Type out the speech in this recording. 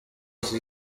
iki